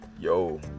yo